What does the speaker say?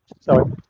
sorry